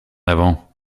avant